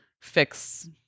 fix